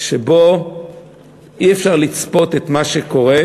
שבו אי-אפשר לצפות את מה שקורה.